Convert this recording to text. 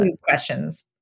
Questions